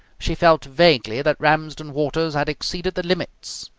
she felt vaguely that ramsden waters had exceeded the limits.